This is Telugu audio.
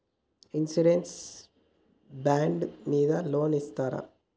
ఇన్సూరెన్స్ బాండ్ మీద లోన్ తీస్కొవచ్చా?